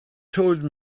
told